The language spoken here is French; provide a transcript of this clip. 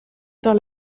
dans